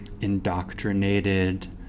indoctrinated